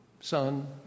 son